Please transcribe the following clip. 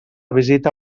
visita